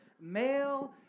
male